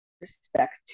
respect